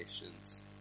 nations